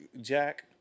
Jack